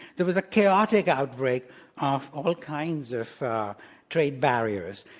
there was a chaotic outbreak of all kinds of trade barriers.